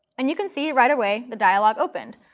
and you can see, right away, the dialog opened.